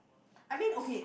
I mean okay